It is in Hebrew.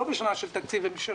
לא בשנה של תקציב המשכי.